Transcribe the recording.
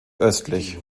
östlich